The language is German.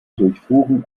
durchfuhren